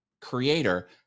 creator